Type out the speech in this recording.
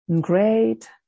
Great